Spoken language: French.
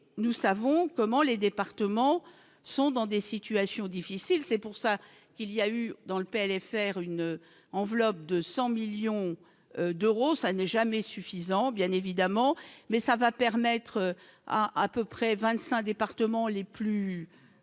nous savons comment les départements sont dans des situations difficiles, c'est pour ça qu'il y a eu dans le PLFR une enveloppe de 100 millions d'euros, ça n'est jamais suffisant, bien évidemment, mais ça va permettre à à peu près 25 départements les plus